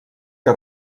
que